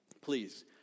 Please